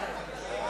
נחמן שי,